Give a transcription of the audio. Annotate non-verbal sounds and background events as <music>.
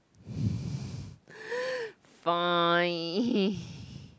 <breath> fine